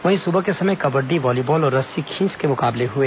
वहीं सुबह के समय कबड़्डी वॉलीबॉल और रस्सी खींच के मुकाबले हुए